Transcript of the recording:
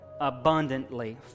abundantly